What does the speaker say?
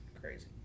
crazy